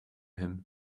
him